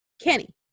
Kenny